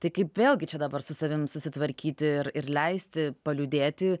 tai kaip vėlgi čia dabar su savim susitvarkyti ir ir leisti paliūdėti